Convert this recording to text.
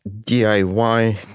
DIY